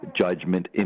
judgment